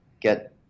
Get